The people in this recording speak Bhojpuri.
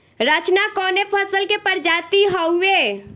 रचना कवने फसल के प्रजाति हयुए?